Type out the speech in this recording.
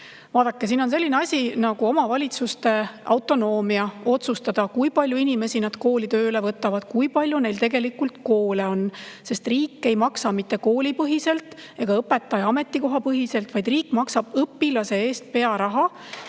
Vaadake, siin on selline asi nagu omavalitsuste autonoomia otsustada, kui palju inimesi nad kooli tööle võtavad, kui palju neil tegelikult koole on. Riik ei maksa mitte koolipõhiselt ega õpetaja ametikoha põhiselt, vaid riik maksab õpilase eest pearaha,